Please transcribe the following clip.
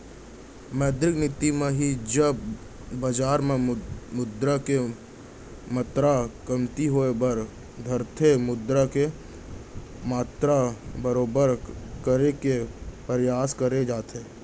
मौद्रिक नीति म ही जब बजार म मुद्रा के मातरा कमती होय बर धरथे मुद्रा के मातरा बरोबर करे के परयास करे जाथे